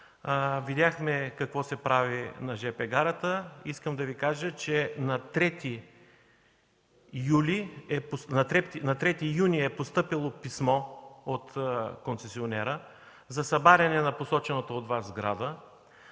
видяхме какво се прави и искам да Ви кажа, че на 3 юни е постъпило писмо от концесионера за събаряне на посочената от Вас сграда,